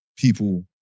people